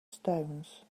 stones